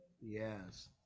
Yes